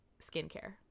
skincare